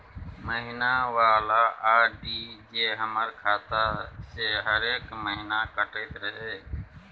महीना वाला आर.डी जे हमर खाता से हरेक महीना कटैत रहे?